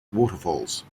waterfalls